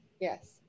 Yes